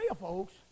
folks